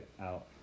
out